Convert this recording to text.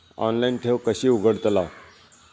Online ठेव कशी उघडतलाव?